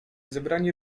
zebrani